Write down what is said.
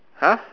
!huh!